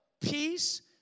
peace